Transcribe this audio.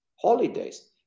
holidays